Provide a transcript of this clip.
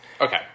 Okay